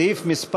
סעיף מס'